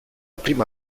prima